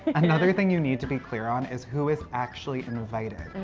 and another thing you need to be clear on is who is actually invited.